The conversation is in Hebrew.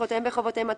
זכויותיהם וחובותיהם,